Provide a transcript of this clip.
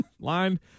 Line